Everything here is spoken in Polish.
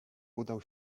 udał